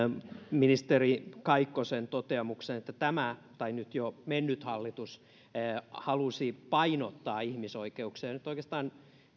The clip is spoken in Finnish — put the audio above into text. ministeri kaikkosen toteamukseen että tämä tai nyt jo mennyt hallitus halusi painottaa ihmisoikeuksia nyt oikeastaan